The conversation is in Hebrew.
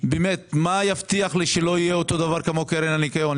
מה יבטיח לי שלא יהיה אותו הדבר כמו בקרן הניקיון?